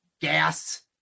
gas